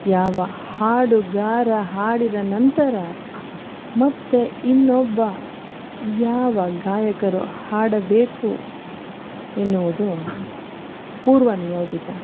ಯಾವ ಹಾಡುಗಾರ ಹಾಡಿದ ನಂತರ ಮತ್ತೆ ಇನ್ನೊಬ್ಬ ಯಾವ ಗಾಯಕರು ಹಾಡಬೇಕು ಎನ್ನುವುದು ಪೂರ್ವ ನಿಯೋಜಿತ